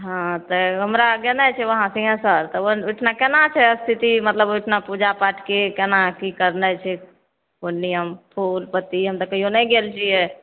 हाँ तऽ हमरा गेनाय छै उहाँ सिङ्घेसर तऽ ओहिठुना केना छै स्थिति मतलब ओहिठुना पूजा पाठके केना की करनाइ छै कोन नियम फूल पत्ती हम तऽ कहियो नहि गेल छियै